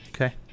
Okay